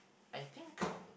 I think